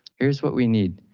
here's what we need.